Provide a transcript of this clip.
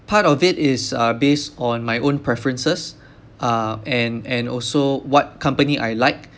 part of it is uh based on my own preferences uh and and also what company I like